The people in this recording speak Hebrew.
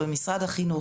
במשרד החינוך,